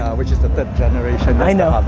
which is the third generation i know,